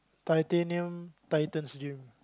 Titanium Titans gym